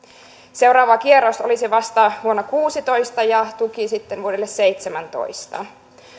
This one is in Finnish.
seuraava kierros olisi vasta vuonna kuusitoista ja tuki sitten vuodelle seitsemäntoista